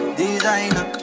designer